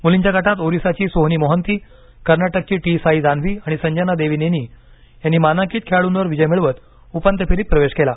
मुलींच्या गटात ओरिसाची सोहिनी मोहंती कर्नाटकची टी साई जान्हवी आणि संजना देवीनेनी यांनी मानांकित खेळाडूंवर विजय मिळवत उपांत्य फेरीत प्रवेश केला